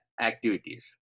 activities